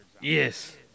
Yes